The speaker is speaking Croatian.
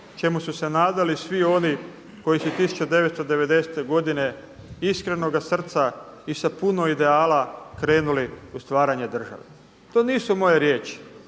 čemu su se nadali svi oni koji su 1990. godine iskrenoga srca i sa puno ideala krenuli u stvaranje države. To nisu moje riječi.